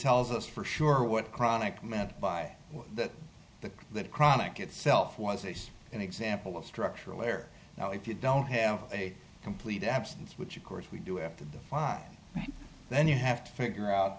tells us for sure what chronic met by that but that chronic itself was as an example of structural error now if you don't have a complete absence which of course we do have the right then you have to figure out